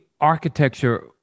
architecture